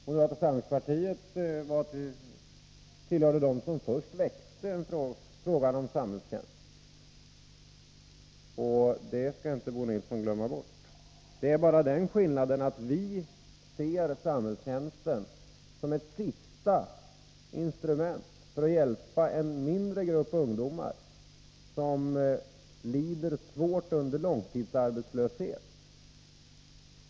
Moderata samlingspartiet tillhörde dem som först väckte frågan om samhällstjänst, och det skall inte Bo Nilsson glömma bort. Det är bara den skillnaden att vi ser samhällstjänsten som ett sista instrument för att hjälpa en mindre grupp ungdomar som lider svårt under långtidsarbetslöshet.